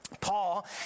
Paul